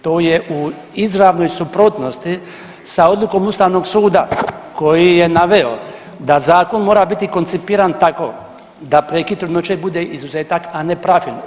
To je u izravnoj suprotnosti sa odlukom ustavnog suda koji je naveo da zakon mora biti koncipiran tako da prekid trudnoće bude izuzetak, a ne pravilo.